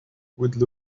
would